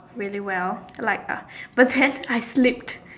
really well like uh but then I slipped